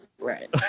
Right